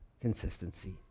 consistency